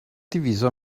diviso